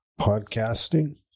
podcasting